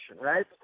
right